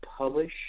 publish